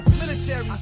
military